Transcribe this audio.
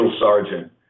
sergeant